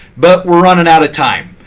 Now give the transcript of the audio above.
but we're running out of time.